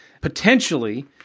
Potentially